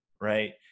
right